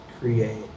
create